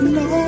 no